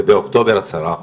ובאוקטובר עשרה אחוז.